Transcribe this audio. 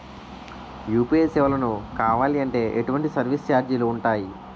UPI సేవలను కావాలి అంటే ఎటువంటి సర్విస్ ఛార్జీలు ఉంటాయి?